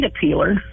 peeler